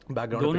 Background